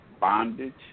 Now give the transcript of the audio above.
bondage